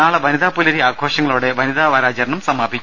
നാളെ വനിതാപുലരി ആഘോഷങ്ങളോടെ വനിതാ വാരാചരണം സമാപിക്കും